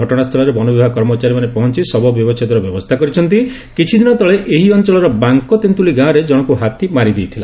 ଘଟଶାସ୍କୁଳରେ ବନବିଭାଗ କର୍ମଚାରୀମାନେ ପହଞ୍ ଶବ ବ୍ୟବଛେଦର ବ୍ୟବସ୍କା କରିଛନ୍ତି କିଛିଦିନ ତଳେ ଏହି ଅଅଳର ବାଙ୍କତେନ୍ତୁଲି ଗାଁରେ ଜଣଙ୍କୁ ହାତୀ ମାରି ଦେଇଥିଲା